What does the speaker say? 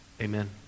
Amen